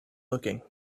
looking